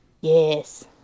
Yes